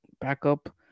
backup